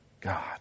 God